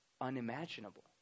Unimaginable